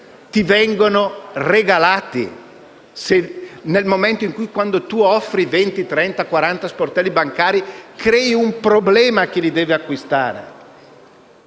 vengono regalati, nel momento in cui quando si offrono 20 o 30 sportelli bancari si crea un problema a chi li deve acquistare?